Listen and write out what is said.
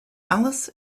alice